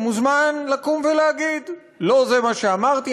הוא מוזמן לקום ולהגיד: לא זה מה שאמרתי,